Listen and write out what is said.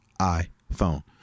iPhone